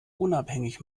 unabhängig